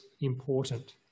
important